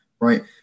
right